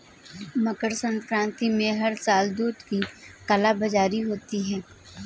मकर संक्रांति में हर साल दूध की कालाबाजारी होती है